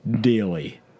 daily